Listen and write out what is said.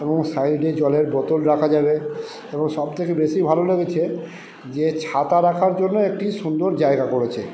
এবং সাইডে জলের বোতল রাখা যাবে এবং সব থেকে বেশি ভালো লেগেছে যে ছাতা রাখার জন্য একটি সুন্দর জায়গা করেছে